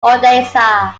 odessa